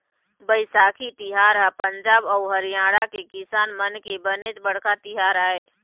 बइसाखी तिहार ह पंजाब अउ हरियाणा के किसान मन के बनेच बड़का तिहार आय